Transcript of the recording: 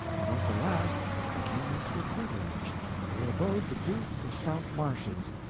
and at the last they came into a courtelage where abode the duke of south marches,